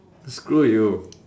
screw you